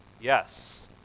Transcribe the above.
Yes